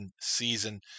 season